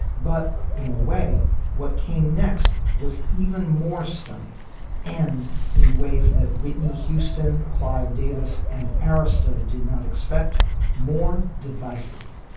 but in a way what came next was even more stunning and in ways that whitney houston, clive davis and arista did not expect more divisive